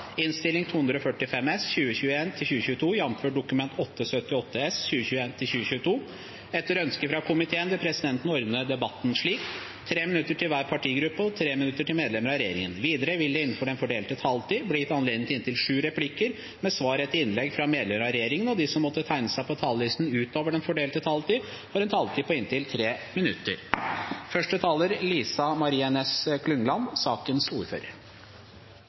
medlemmer av regjeringen. Videre vil det, innenfor den fordelte taletid, bli gitt anledning til inntil sju replikker med svar etter innlegg fra medlemmer av regjeringen. De som måtte tegne seg på talerlisten utover den fordelte taletid, får også en taletid på inntil 3 minutter.